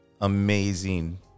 Amazing